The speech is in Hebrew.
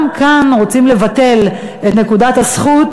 גם כאן רוצים לבטל את נקודת הזכות,